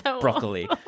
broccoli